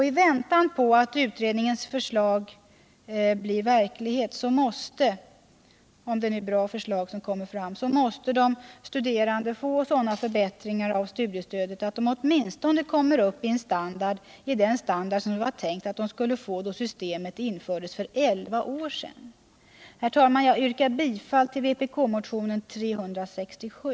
I väntan på att utredningens förslag blir verklighet — om det nu är bra förslag som kommer fram — måste de studerande få sådana förbättringar av studiestödet att de åtminstone kommer upp till den standard som det var tänkt att de skulle få då systemet infördes för elva år sedan. Herr talman! Jag yrkar bifall till vpk-motionen 367.